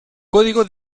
código